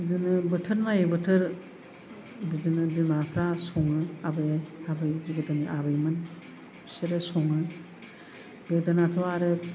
बिदिनो बोथोर नायै बोथोर बिदिनो बिमाफ्रा सङो आबै आबै बिदिनो गोदोनि आबैमोन फिसोरो सङो गोदोनाथ' आरो